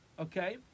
Okay